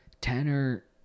Tanner